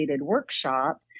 workshop